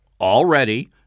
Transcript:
Already